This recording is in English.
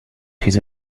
his